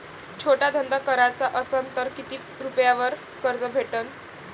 छोटा धंदा कराचा असन तर किती रुप्यावर कर्ज भेटन?